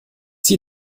zieh